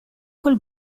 col